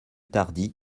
tardy